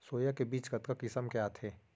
Soya के बीज कतका किसम के आथे?